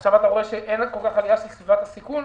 עכשיו אתה רואה שאין כל כך עלייה של סביבת הסיכון.